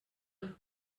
bier